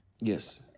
Yes